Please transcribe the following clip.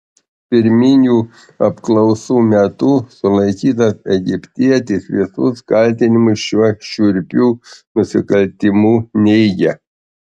pirminių apklausų metu sulaikytas egiptietis visus kaltinimus šiuo šiurpiu nusikaltimu neigia